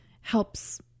helps